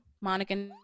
monica